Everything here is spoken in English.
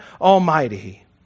Almighty